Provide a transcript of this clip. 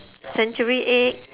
century egg